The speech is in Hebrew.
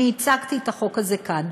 אני הצגתי את החוק הזה כאן,